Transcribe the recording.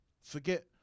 forget